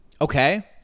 Okay